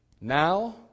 Now